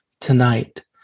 tonight